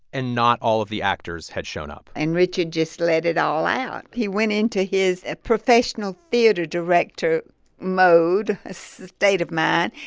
and not all of the actors had shown up and richard just let it all out. he went into his ah professional theater director mode, a state of mind,